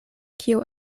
kio